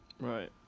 right